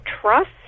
trust